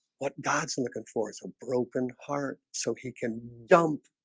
what godson looking for is a broken heart so he can dump?